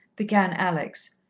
began alex,